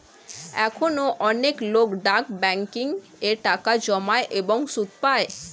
এখনো অনেক লোক ডাক ব্যাংকিং এ টাকা জমায় এবং সুদ পায়